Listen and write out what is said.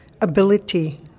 ability